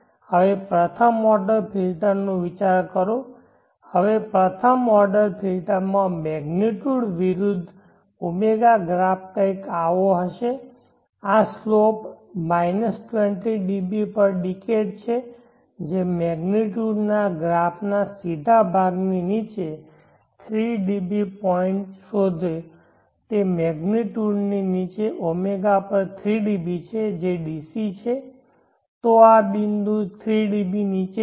હવે પ્રથમ ઓર્ડર ફિલ્ટરનો વિચાર કરો હવે પ્રથમ ઓર્ડર ફિલ્ટરમાં મેગ્નીટ્યૂડવિરુદ્ધ ω ગ્રાફ કંઈક આવો હશે આ સ્લોપ 20 dBdecade છે મેગ્નીટ્યૂડ ગ્રાફ ના સીધા ભાગ ની નીચે 3 dB પોઇન્ટ શોધો તે મેગ્નીટ્યૂડ ની નીચે ω પર 3 dB છે જે DC છે તો આ બિંદુ 3 dB નીચે છે